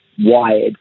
wired